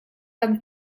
kan